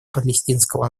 палестинского